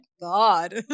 god